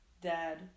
dad